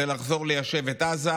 הוא לחזור ליישב את עזה.